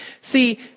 See